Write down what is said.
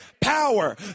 power